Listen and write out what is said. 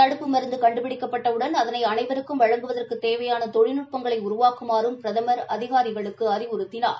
தடுப்பு மருந்து கண்டுபிடிக்கப்பட்டவுடன் அதளை அளைருக்கும் வழங்குவதற்குத் தேவையாள தொழில்நுட்பங்களை உருவாக்குமாறும் பிரதம் அதிகாரிகளுக்கு அறிவுறுத்தினார்